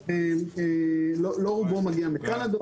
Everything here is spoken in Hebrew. לא רובו מגיע מקנדה,